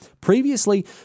Previously